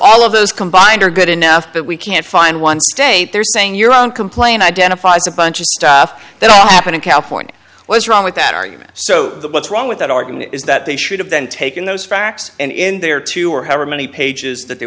all of those combined are good enough that we can't find one state they're saying your own complain identifies a bunch of stuff that happened in california what is wrong with that argument so what's wrong with that argument is that they should have then taken those facts and in their two or however many pages that they